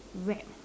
rap